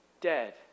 dead